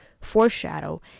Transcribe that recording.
foreshadow